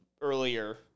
earlier